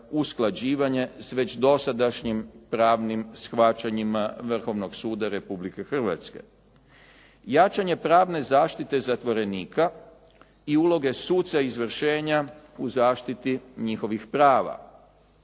usklađivanje s već dosadašnjim pravnim shvaćanjima Vrhovnog suda Republike Hrvatske. Jačanje pravne zaštite zatvorenika i uloge suca izvršenja u zaštiti njihovih prava,